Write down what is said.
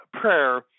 prayer